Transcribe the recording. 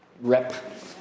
rep